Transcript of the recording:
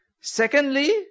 Secondly